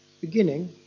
Beginning